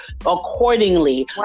accordingly